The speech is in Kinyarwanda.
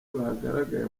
bagaragaye